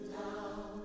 down